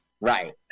Right